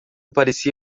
parecia